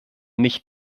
nicht